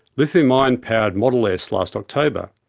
lithium ion powered model s last october.